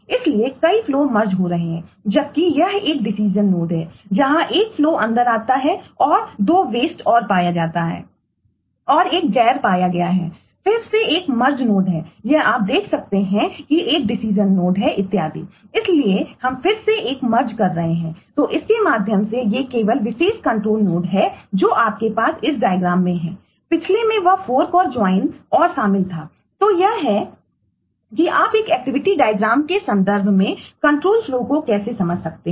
इसलिए कई फ्लो को कैसे समझ सकते हैं